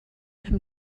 pen